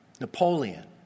Napoleon